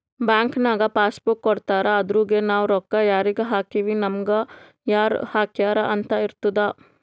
bank ನಾಗ್ pass book ಕೊಡ್ತಾರ ಅದುರಗೆ ನಾವ್ ರೊಕ್ಕಾ ಯಾರಿಗ ಹಾಕಿವ್ ನಮುಗ ಯಾರ್ ಹಾಕ್ಯಾರ್ ಅಂತ್ ಇರ್ತುದ್